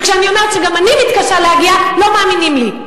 וכשאני אומרת שגם אני מתקשה להגיע, לא מאמינים לי.